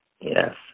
Yes